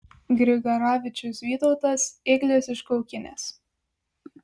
grigaravičius vytautas ėglis iš kaukinės